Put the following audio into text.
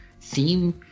theme